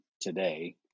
today